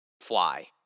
fly